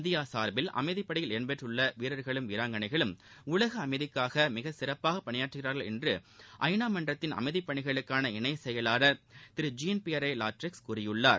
India சார்பில் அமைதிப்படையில் இடம்பெற்றுள்ள வீரர்களும் வீராங்கனைகளும் உலக அமைதிக்காக மிகச்சிறப்பாக பணியாற்றுகிறார்கள் என்று ஐ நா மன்றத்தின் அமைதி பணிகளுக்காள இணைச் செயலாளர் திரு ஜீன் பியர்ரே லாக்ராய்ஸ் கூறியுள்ளார்